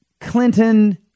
Clinton